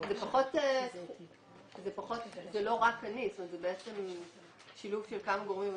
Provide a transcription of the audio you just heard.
זה לא רק אני, זה שילוב של כמה גורמים במשרד.